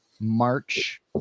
March